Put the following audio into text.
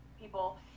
people